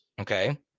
Okay